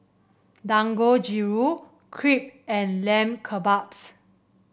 Dangojiru Crepe and Lamb Kebabs